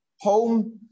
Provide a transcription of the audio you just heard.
home